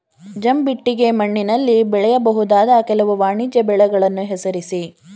ಜಂಬಿಟ್ಟಿಗೆ ಮಣ್ಣಿನಲ್ಲಿ ಬೆಳೆಯಬಹುದಾದ ಕೆಲವು ವಾಣಿಜ್ಯ ಬೆಳೆಗಳನ್ನು ಹೆಸರಿಸಿ?